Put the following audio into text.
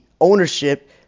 ownership